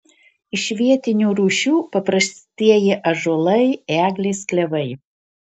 iš vietinių rūšių paprastieji ąžuolai eglės klevai